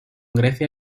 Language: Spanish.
grecia